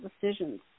decisions